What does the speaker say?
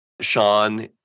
Sean